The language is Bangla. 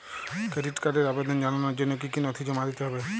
ক্রেডিট কার্ডের আবেদন জানানোর জন্য কী কী নথি জমা দিতে হবে?